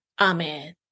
amen